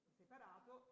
separato